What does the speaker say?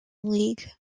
league